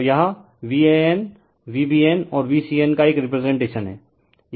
तो यह VANv BN और VCN का एक रिप्रेसेनटेशन है